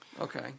Okay